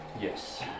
Yes